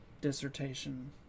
Dissertation